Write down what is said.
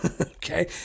Okay